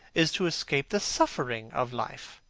is to escape the suffering of life.